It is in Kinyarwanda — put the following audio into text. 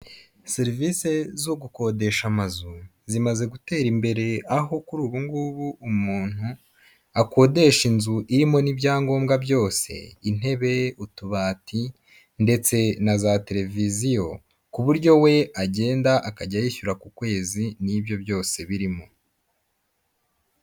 Serivisi zo gukodesha amazu zimaze gutera imbere, aho kuri ubu ngubu umuntu akodesha inzu irimo n'ibyangombwa byose intebe, utubati ndetse na za televiziyo, ku buryo we agenda akajya yishyura ku kwezi n'ibyo byose birimo.